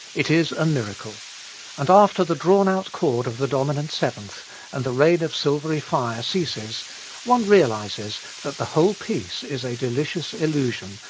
it is a miracle and after the drawn-out chord of the dominant seventh and the rain of silvery fire ceases one realizes that the whole piece is a delicious illusion,